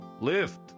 lift